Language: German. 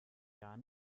gar